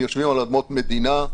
יושבים על אדמות מדינה.